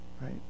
Right